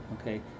Okay